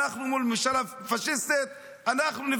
אנחנו מול ממשלה פשיסטית נוותר,